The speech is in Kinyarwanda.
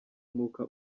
umwuka